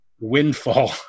windfall